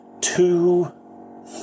two